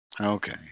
Okay